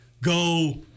go